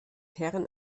herren